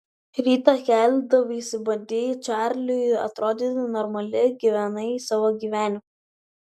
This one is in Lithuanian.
rytą keldavaisi bandei čarliui atrodyti normali gyvenai savo gyvenimą